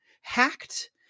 hacked